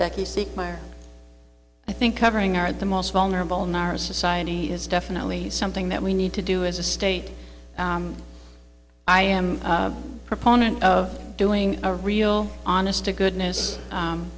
thank you seek my ear i think covering are the most vulnerable in our society is definitely something that we need to do as a state i am a proponent of doing a real honest to goodness